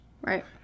Right